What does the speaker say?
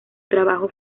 trabajo